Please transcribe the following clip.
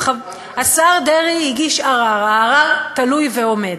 השר דרעי הגיש ערר, הערר תלוי ועומד.